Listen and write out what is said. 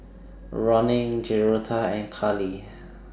Ronin Joretta and Kali